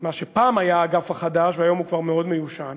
מה שפעם היה האגף החדש, והיום הוא כבר מאוד מיושן,